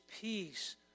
peace